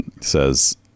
says